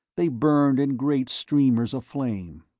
they burned in great streamers of flame,